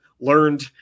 learned